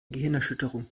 gehirnerschütterung